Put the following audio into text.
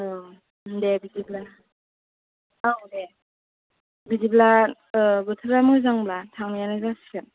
औ दे बिदिब्ला औ दे बिदिब्ला बोथोरा मोजांब्ला थांनायानो जासिगोन